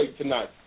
tonight